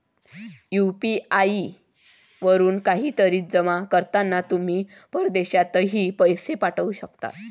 UPI वरून काहीतरी जमा करताना तुम्ही परदेशातही पैसे पाठवू शकता